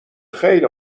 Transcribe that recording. خیلی